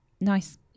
nice